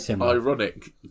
Ironic